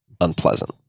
unpleasant